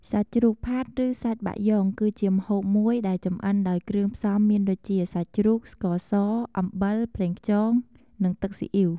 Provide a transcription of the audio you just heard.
សាច់ជ្រូកផាត់ ឬសាច់បាក់យ៉ុង គឺជាម្ហូបមួយដែលចំអិនដោយគ្រឿងផ្សំមានដូចជា សាច់ជ្រូក ស្ករស អំបិល ប្រេងខ្យង និងទឹកស៊ីអ៊ីវ ។